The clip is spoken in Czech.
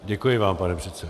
Děkuji vám, pane předsedo.